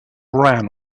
ran